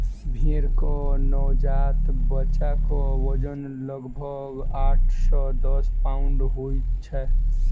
भेंड़क नवजात बच्चाक वजन लगभग आठ सॅ दस पाउण्ड होइत छै